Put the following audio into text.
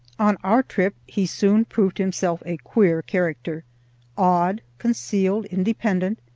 on our trip he soon proved himself a queer character odd, concealed, independent,